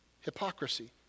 Hypocrisy